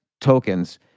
tokens